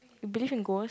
you believe in ghost